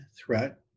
threat